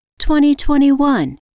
2021